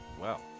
wow